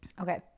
Okay